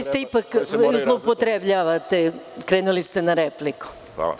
Ipak zloupotrebljavate, krenuli ste na repliku.